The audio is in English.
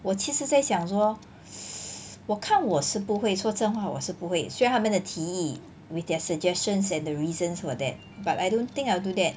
我其实在想说 我看我是不会说真话我是不会虽然他们的提议 with their suggestions and the reasons for that but I don't think I'll do that